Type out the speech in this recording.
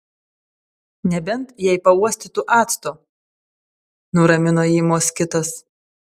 nebent jei pauostytų acto nuramino jį moskitas